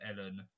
Ellen